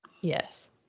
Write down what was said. Yes